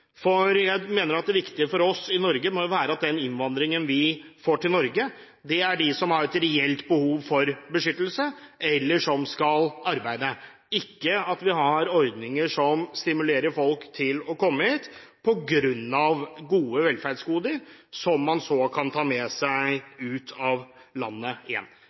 Jeg mener at det viktige for oss i Norge, må være at den innvandringen vi får til Norge, består av de som har et reelt behov for beskyttelse, eller de som skal arbeide. Vi må ikke ha ordninger som stimulerer folk til å komme hit på grunn av gode velferdsgoder, som man deretter kan ta med seg ut av landet